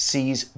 Sees